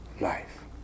life